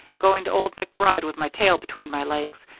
going to old macbride with my tail between my legs,